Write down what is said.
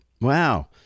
Wow